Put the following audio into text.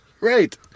Right